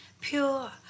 pure